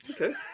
Okay